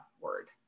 word